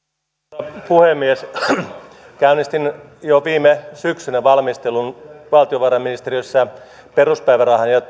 arvoisa puhemies käynnistin jo viime syksynä valmistelun valtiovarainministeriössä peruspäivärahan ja ja